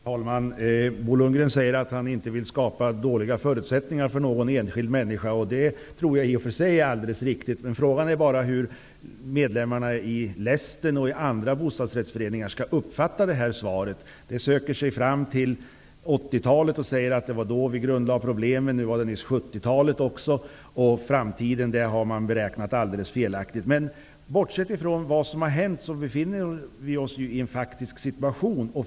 Herr talman! Bo Lundgren säger att han inte vill skapa dåliga förutsättningar för någon enskild människa, och det tror jag i och för sig är alldeles riktigt. Frågan är bara hur medlemmarna i Lästen och i andra bostadsrättsföreningar skall uppfatta Bo Lundgrens svar. Det söker sig tillbaka till 80 talet -- Bo Lundgren nämnde nu även 70-talet -- och säger att det var då vi grundlade problemen och att beräkningarna inför framtiden har varit alldeles felaktiga. Bortsett från vad som har hänt, befinner vi oss nu faktiskt i en viss situation.